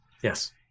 Yes